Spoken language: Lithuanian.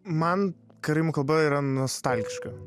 man karaimų kalba yra nostalgiška